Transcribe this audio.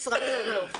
ישראבלוף.